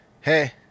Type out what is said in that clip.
Hey